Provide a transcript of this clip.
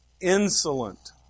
Insolent